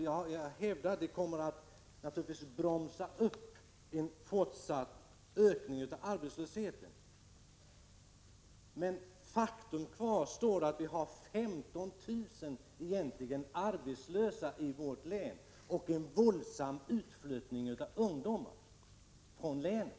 Jag hävdar att detta naturligtvis kommer att bromsa upp en fortsatt ökning av arbetslösheten. Men faktum kvarstår, nämligen att vi har 15 000 arbetslösa i vårt län och en våldsamt stor utflyttning av ungdomar från länet.